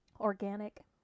Organic